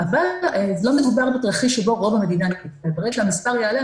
אבל לא מדובר בתרחיש שבו רוב המדינה ברגע שהמספר יעלה,